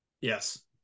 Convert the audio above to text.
Yes